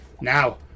now